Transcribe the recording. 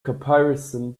comparison